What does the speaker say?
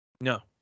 No